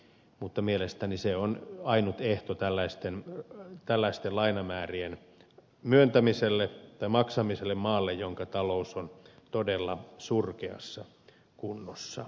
mutta mielestäni se on ainut ehto tällaisten lainamäärien myöntämiselle tai maksamiselle maalle jonka talous on todella surkeassa kunnossa